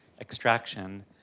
extraction